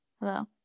Hello